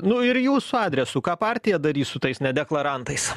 nu ir jūsų adresu ką partija darys su tais nedeklarantais